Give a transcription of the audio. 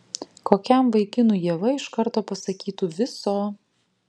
kokiam vaikinui ieva iš karto pasakytų viso